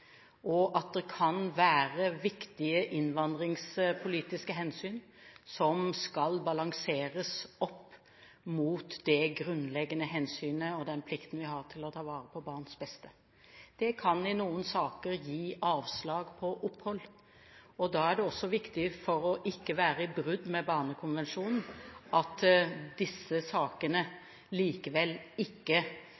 og at det kan være viktige innvandringspolitiske hensyn som skal balanseres opp mot det grunnleggende hensynet og den plikten vi har til å ta vare på barns beste. Det kan i noen saker gi avslag på opphold. Da er det viktig at disse sakene